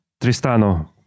tristano